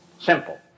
Simple